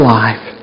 life